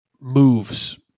moves